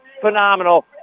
phenomenal